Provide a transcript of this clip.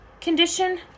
condition